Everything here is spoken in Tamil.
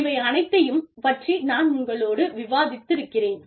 இவை அனைத்தையும் பற்றி நான் உங்களோடு விவாதித்திருக்கிறேன்